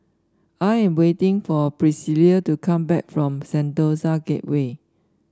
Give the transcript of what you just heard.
I am waiting for Priscila to come back from Sentosa Gateway